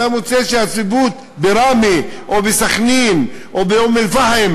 ואתה מוצא שהצפיפות בראמה או בסח'נין או באום-אלפחם